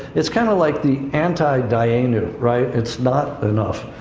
it's kind of like the anti-dayenu. right? it's not enough.